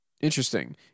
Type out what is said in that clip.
Interesting